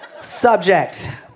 Subject